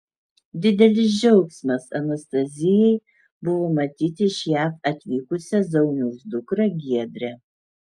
didelis džiaugsmas anastazijai buvo matyti iš jav atvykusią zauniaus dukrą giedrę